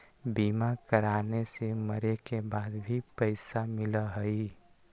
बीमा कराने से मरे के बाद भी पईसा मिलहई?